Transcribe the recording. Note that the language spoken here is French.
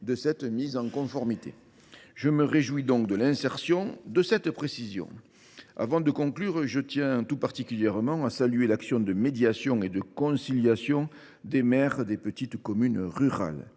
de cette mise en conformité. Je me réjouis de l’insertion de cette précision. Avant de conclure, je tiens tout particulièrement à saluer l’action de médiation et de conciliation des maires des petites communes rurales.